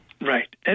Right